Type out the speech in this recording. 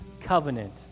covenant